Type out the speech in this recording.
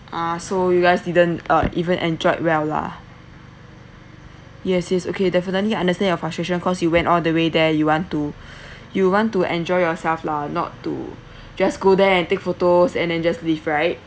ah so you guys didn't uh even enjoy well lah yes yes okay definitely I understand your frustration cause you went all the way there you want to you want to enjoy yourself lah not to just go there and take photos and just leave right